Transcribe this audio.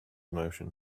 motion